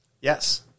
Yes